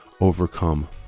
overcome